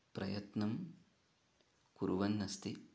प्रयत्नं कुर्वन्नस्ति